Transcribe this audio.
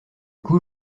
coup